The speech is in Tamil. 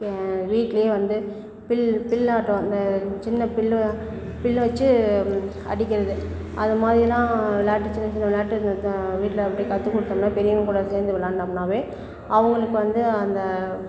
வீட்டுலேயே வந்து பில்லாட்டம் அந்த சின்ன பில்லு பில்லை வச்சு அடிக்கிறது அது மாதிரிலாம் விளாட்டு சின்ன சின்ன விளாட்டுங்க வீட்டில் அப்படியே கற்று கொடுத்தோம்னா பெரியவங்க கூட சேர்ந்து விளாண்டோம்னாலே அவங்களுக்கு வந்து அந்த